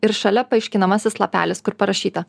ir šalia paaiškinamasis lapelis kur parašyta